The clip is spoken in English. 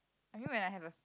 I knew when I have a